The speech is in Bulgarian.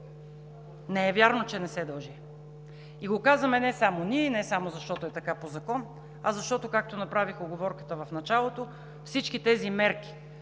Не е вярно, че не се дължи! И го казваме не само ние и не само защото е така по закон, а защото, както направих уговорката в началото, всички тези мерки